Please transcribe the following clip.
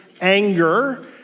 anger